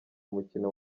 umukino